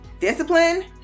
discipline